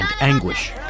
anguish